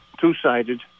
two-sided